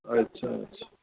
अच्छा अच्छा